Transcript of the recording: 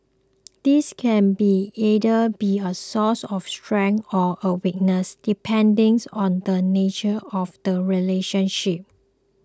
this can be either be a source of strength or a weakness depending on the nature of the relationship